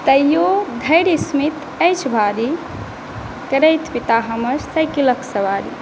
तैयो धैर्य स्मित अछि भारी करथि पिता हमर साइकिलक सवारी